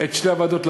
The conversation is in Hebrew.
את שתי הוועדות,